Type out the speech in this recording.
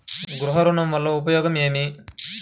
గృహ ఋణం వల్ల ఉపయోగం ఏమి?